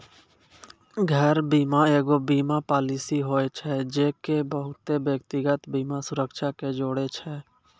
घर बीमा एगो बीमा पालिसी होय छै जे की बहुते व्यक्तिगत बीमा सुरक्षा के जोड़े छै